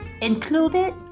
included